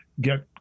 get